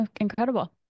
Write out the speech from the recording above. incredible